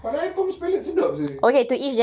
but then tom's palette sedap seh